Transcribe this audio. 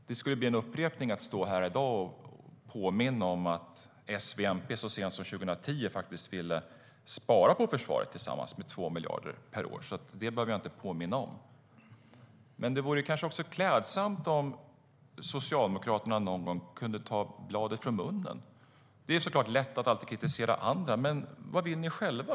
Det skulle bli en upprepning att stå här i dag och påminna om att S, V och MP så sent som 2010 faktiskt ville spara på försvaret med 2 miljarder per år. Det behöver jag inte påminna om. Men det vore klädsamt om Socialdemokraterna någon gång kunde ta bladet från munnen. Det är såklart lätt att alltid kritisera andra. Men vad vill ni själva?